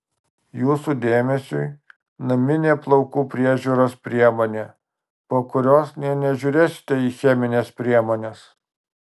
jūsų dėmesiui naminė plaukų priežiūros priemonė po kurios nė nežiūrėsite į chemines priemones